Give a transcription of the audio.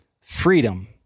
freedom